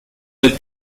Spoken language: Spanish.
del